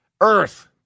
Earth